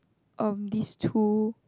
um these two